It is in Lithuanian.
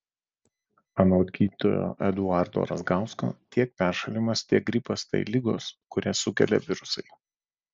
anot gydytojo eduardo razgausko tiek peršalimas tiek gripas tai ligos kurias sukelia virusai